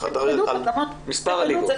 על ענפי הכדור, שאלתי על מספר הליגות.